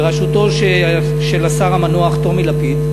בראשותו של השר המנוח טומי לפיד,